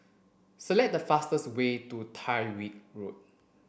select the fastest way to Tyrwhitt Road